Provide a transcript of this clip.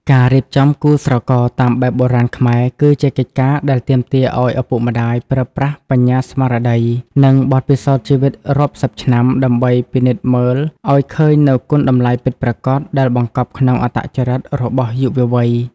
ការរៀបចំគូស្រករតាមបែបបុរាណខ្មែរ គឺជាកិច្ចការដែលទាមទារឱ្យឪពុកម្ដាយប្រើប្រាស់បញ្ញាស្មារតី និងបទពិសោធន៍ជីវិតរាប់សិបឆ្នាំ ដើម្បីពិនិត្យមើលឱ្យឃើញនូវគុណតម្លៃពិតប្រាកដដែលបង្កប់ក្នុងអត្តចរិតរបស់យុវវ័យ។